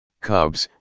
cubs